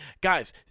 Guys